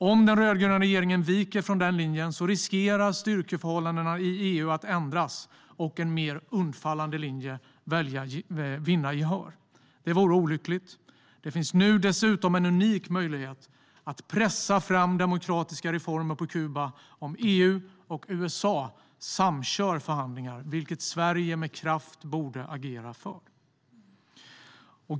Om den rödgröna regeringen viker från den linjen riskerar styrkeförhållandena i EU att ändras och en mer undfallande linje vinna gehör. Det vore olyckligt. Det finns nu dessutom en unik möjlighet att pressa fram demokratiska reformer på Kuba om EU och USA samkör förhandlingar, vilket Sverige med kraft borde agera för.